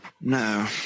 No